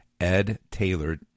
edtaylor